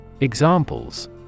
Examples